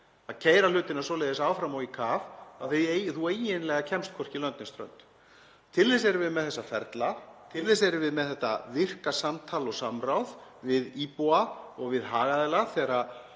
að keyra hlutina svoleiðis áfram og í kaf að þú eiginlega kemst hvorki lönd né strönd. Til þess erum við með þessa ferla, til þess erum við með þetta virka samtal og samráð við íbúa og við hagaðila þegar það